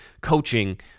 coaching